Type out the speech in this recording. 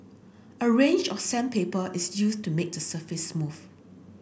a range of sandpaper is used to make the surface smooth